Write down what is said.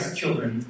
children